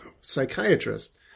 psychiatrist